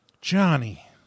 Johnny